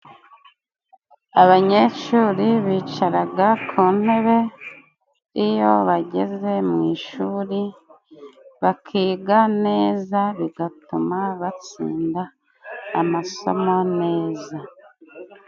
Abanyeshuri bicaraga ku ntebe. Iyo bageze mu ishuri bakiga neza bigatuma batsinda amasomo neza.